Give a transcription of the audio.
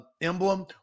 emblem